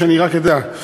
שאני אדע.